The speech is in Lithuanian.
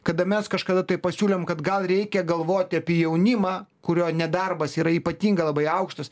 kada mes kažkada tai pasiūlėm kad gal reikia galvot apie jaunimą kurio nedarbas yra ypatingai labai aukštas